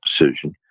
decision